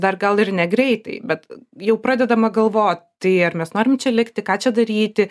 dar gal ir negreitai bet jau pradedama galvot tai ar mes norim čia likti ką čia daryti